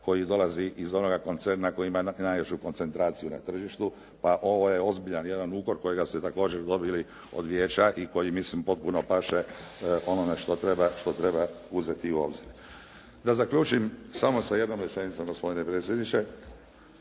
koji dolazi iz onoga koncerna koji ima najveću koncentraciju na tržištu, pa ovo je ozbiljan jedan ukor kojega ste također dobili od vijeća i koji mislim potpuno paše onome što treba uzeti u obzir. Da zaključim samo sa jednom rečenicom gospodine predsjedniče.